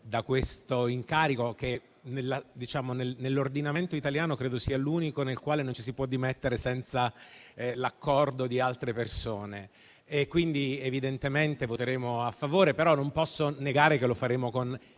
da questo incarico, che credo nell'ordinamento italiano sia l'unico dal quale non ci si può dimettere senza l'accordo di altre persone. Evidentemente voteremo a favore, però non posso negare che lo faremo con